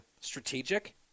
strategic